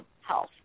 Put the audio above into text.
health